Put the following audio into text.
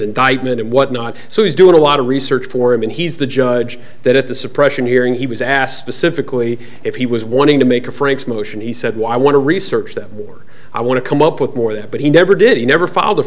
indictment and whatnot so he's doing a lot of research for him and he's the judge that at the suppression hearing he was asked specifically if he was wanting to make a frank's motion he said why i want to research them more i want to come up with more that but he never did he never filed the